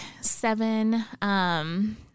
seven